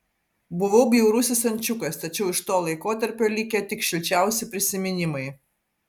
buvau bjaurusis ančiukas tačiau iš to laikotarpio likę tik šilčiausi prisiminimai